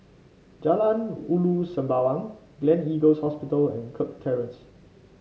Jalan Ulu Sembawang Gleneagles Hospital and Kirk Terrace